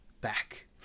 back